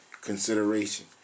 consideration